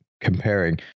comparing